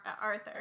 Arthur